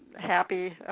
happy